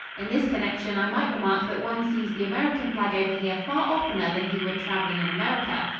in this connection i might remark that one sees the american flag over here far oftener than he would traveling in america.